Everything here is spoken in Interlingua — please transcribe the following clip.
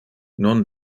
non